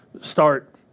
start